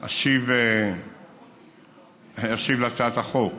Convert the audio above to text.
אשיב על הצעת החוק,